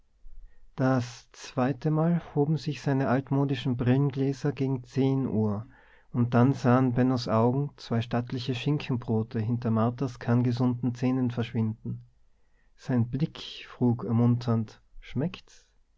das zweitemal hoben sich seine altmodischen brillengläser gegen zehn uhr und dann sahen bennos augen zwei stattliche schinkenbrote hinter marthas kerngesunden zähnen verschwinden sein blick frug ermunternd schmeckt's